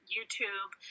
YouTube